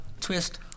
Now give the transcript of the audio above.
Twist